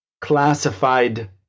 classified